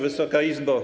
Wysoka Izbo!